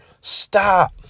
Stop